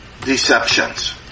deceptions